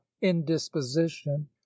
indisposition